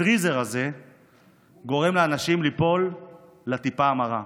הטיזר הזה גורם לאנשים ליפול לטיפה המרה.